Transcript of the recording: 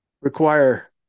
require